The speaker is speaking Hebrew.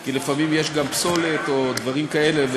כי לפעמים יש גם פסולת או דברים כאלה,